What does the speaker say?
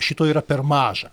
šito yra per maža